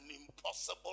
impossible